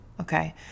Okay